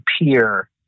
appear